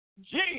Jesus